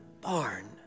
barn